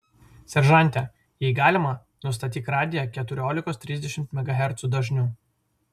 seržante jei galima nustatyk radiją keturiolikos trisdešimt megahercų dažniu